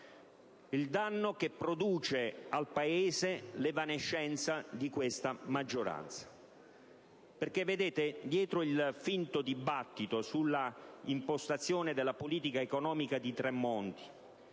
il danno che produce al Paese l'evanescenza di questa maggioranza. Dietro il finto dibattito sulla impostazione della politica economica di Tremonti,